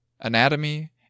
anatomy